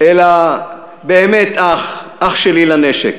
אלא באמת אח, אח שלי לנשק,